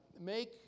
make